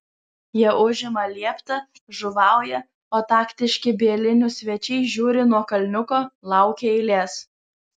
jie užima lieptą žuvauja o taktiški bielinių svečiai žiūri nuo kalniuko laukia eilės